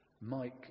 Mike